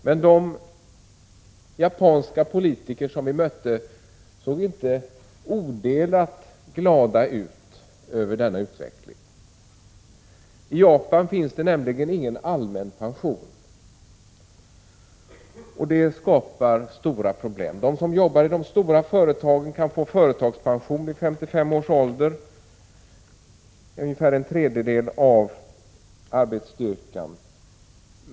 Men de japanska politiker som vi mötte såg inte odelat glada ut över denna utveckling. I Japan finns det nämligen ingen allmän pension. Det skapar stora problem. De som jobbar i de stora företagen kan få företagspension vid 55 års ålder. Det är ungefär en tredjedel av arbetsstyrkan.